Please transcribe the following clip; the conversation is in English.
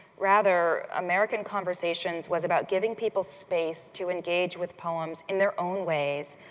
rather, american conversations was about giving people space to engage with poems in their own ways,